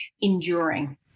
enduring